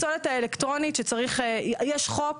יש חוק,